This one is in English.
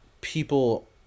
people